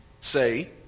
say